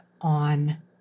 on